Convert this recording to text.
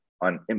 on